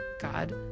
God